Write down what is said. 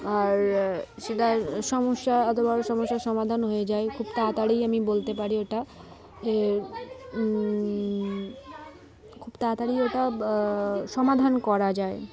আর সেটার সমস্যা এত বড় সমস্যার সমাধান হয়ে যায় খুব তাড়াতাড়ি আমি বলতে পারি ওটা এর খুব তাড়াতাড়ি ওটা সমাধান করা যায়